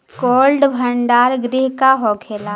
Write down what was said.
Cold भण्डार गृह का होखेला?